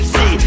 See